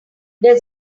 there